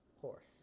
horse